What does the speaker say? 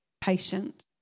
patient